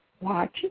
Watch